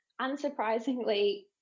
unsurprisingly